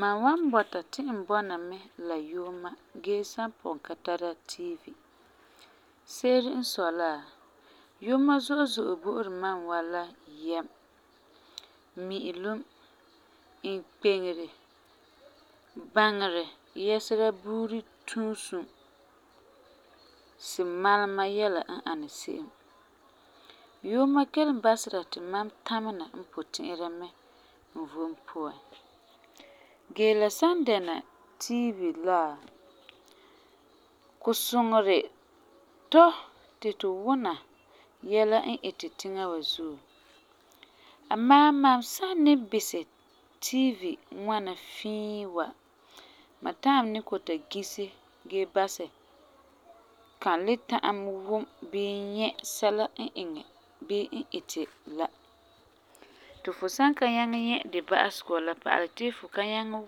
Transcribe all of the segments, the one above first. Mam wan bɔta ti n bɔna mɛ la yuuma gee san pugum ka tara tiibi. Se'ere n sɔi la yuuma zo'e zo'e bo'ori mam wa la yɛm, mi'ilum, inkpeŋere, baŋerɛ yɛsera buuri tuusum, si malema yɛla n ani se'em. Yuuma kelum basera ti mam tamena n puti'ira mɛ n vom puan. Gee la san dɛna tiibi la, ku suŋeri tu ti tu wuna yɛla n iti tiŋa wa zuo, amaa mam san ni bisɛ tiibi ŋwana fii wa mam ta'am ni ta gise dee basɛ kan le ta'am vum bii nyɛ sɛla n iti la, ti fu san ka nyaŋɛ nyɛ di ba'asegɔ la pa'alɛ ti fu ka nyaŋɛ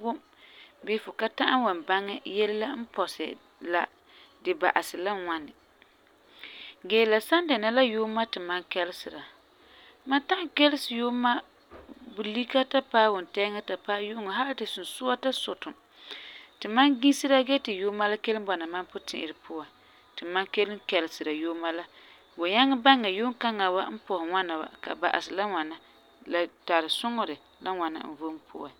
wum bii fu ka ta'am n wan baŋɛ yele la n pɔsɛ la, di ba'asɛ la ŋwani. Gee la san dɛna la yuuma ti mam kɛlesera, mam ta'am kelese yuuma bulika ta paɛ wuntɛɛŋa ta paɛ yu'uŋɔ, hali ti sunsua ta sutum ti mam gisera gee ti yuuma la kelum bɔna mam puti'irɛ puan ti mam kelum kɛlesera yuuma la bu nyaŋɛ baŋɛ yuumkaŋa wa n pɔsɛ ŋwana wa ka ba'asɛ la ŋwana, ka tari suŋerɛ la ŋwana n vom puan.